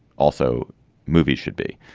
also movies should be.